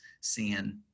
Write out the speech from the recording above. seeing